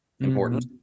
Important